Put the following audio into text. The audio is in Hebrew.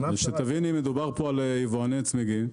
מדובר כאן על יבואני צמיגים,